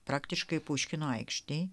praktiškai puškino aikštėj